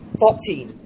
fourteen